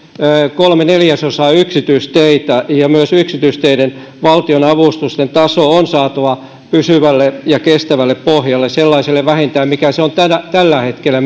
kolme neljäsosaa yksityisteitä ja myös yksityisteiden valtionavustusten taso on saatava pysyvälle ja kestävälle pohjalle sellaiselle vähintään mikä se on myöskin tällä hetkellä